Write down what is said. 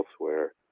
elsewhere